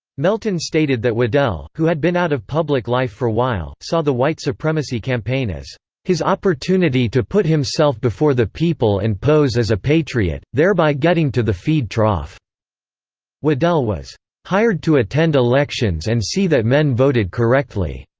melton stated that waddell, who had been out of public life for while, saw the white supremacy campaign as his opportunity to put himself before the people and pose as a patriot, thereby getting to the feed trough waddell was hired to attend elections and see that men voted correctly.